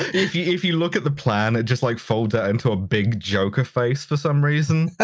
if you if you look at the plan, it just like folds out into a big joker face, for some reason.